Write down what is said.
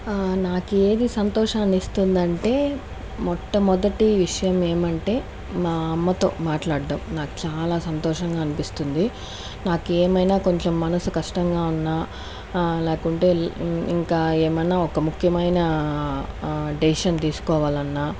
నాకేది సంతోషాన్నిస్తుందంటే మొట్టమొదటి విషయం ఏమంటే మా అమ్మతో మాట్లాడ్డం నాకు చాలా సంతోషంగా అనిపిస్తుంది నాకేమైనా కొంచెం మనసు కష్టంగా ఉన్నా లేకుంటే ఇంకా ఏమన్నా ఒక ముఖ్యమైన డెసిషన్ తీసుకోవాలన్నా